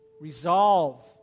resolve